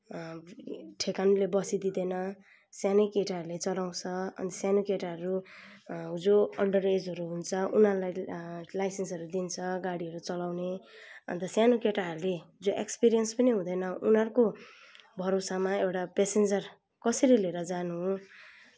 ठेगानले बसी दिँदैन सानो केटाहरूले चलाउँछ अनि सानो केटाहरू जो अन्डरएजहरू हुन्छ उनीहरूलाई लाइसेन्सहरू दिन्छ गाडीहरू चलाउने अन्त सानो केटाहरूले जुन एक्सपिरियन्स पनि हुँदैन उनीहरूको भरोसामा एउटा पेसेन्जर कसरी लिएर जानु